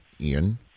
Ian